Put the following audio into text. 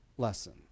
lesson